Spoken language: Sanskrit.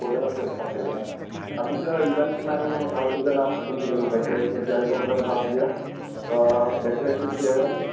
भोजनस्य व्यवस्था केवलम् अपि च इवेण्ट् प्लेनिङ्ग् नाम सहस्रजनाः सन्ति खलु डेकोरेशन् इत्यादिकम् अन्तर्भाव्य डेकोरेशन् केवलम्